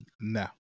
No